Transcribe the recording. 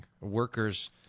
workers